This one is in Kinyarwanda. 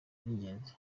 by’ingenzi